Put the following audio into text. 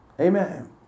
Amen